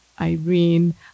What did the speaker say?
Irene